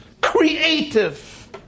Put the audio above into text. creative